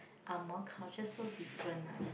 Angmoh culture so different ah